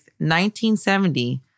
1970